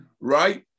Right